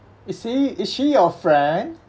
is she is she your friend